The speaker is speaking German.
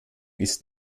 ist